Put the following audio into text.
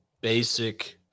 basic